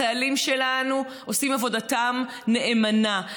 החיילים שלנו עושים עבודתם נאמנה.